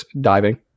diving